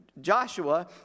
Joshua